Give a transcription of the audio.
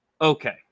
okay